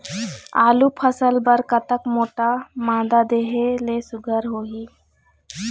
आलू फसल बर कतक मोटा मादा देहे ले सुघ्घर होही?